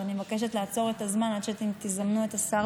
אז אני מבקשת לעצור את הזמן עד שאתם תזמנו את השר,